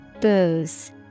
Booze